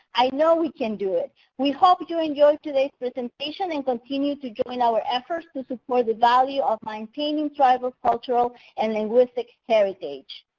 i know we can do it. we hope you enjoyed today's presentation and continue to join our efforts to support the value of maintaining tribal cultural and linguistic heritage.